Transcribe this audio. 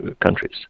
countries